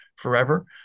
Forever